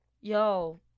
yo